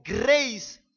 grace